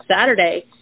Saturday